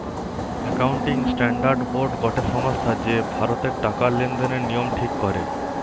accounting standard board গটে সংস্থা যে ভারতের টাকা লেনদেনের নিয়ম ঠিক করে